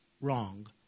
wrong